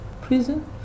prison